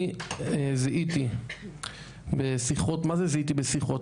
אני זיהיתי בשיחות, מה זה זיהיתי בשיחות?